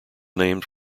named